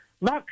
look